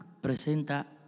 presenta